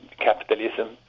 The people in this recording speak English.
Capitalism